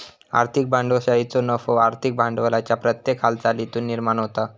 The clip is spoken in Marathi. आर्थिक भांडवलशाहीचो नफो आर्थिक भांडवलाच्या प्रत्येक हालचालीतुन निर्माण होता